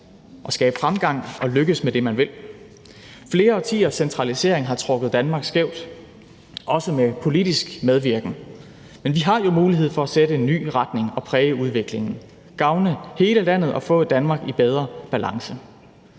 at skabe fremgang og at lykkes med det, man vil. Flere årtiers centralisering har trukket Danmark skævt, også med politisk medvirken. Men vi har jo mulighed for at sætte en ny retning og præge udviklingen, gavne hele landet og få et Danmark i bedre balance.